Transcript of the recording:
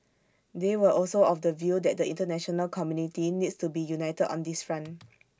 they were also of the view that the International community needs to be united on this front